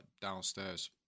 downstairs